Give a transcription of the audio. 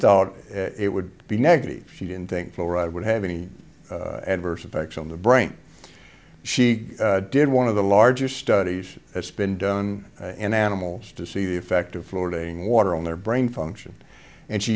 thought it would be negative she didn't think fluoride would have any adverse effects on the brain she did one of the larger studies that's been done in animals to see the effect of florida in water on their brain function and she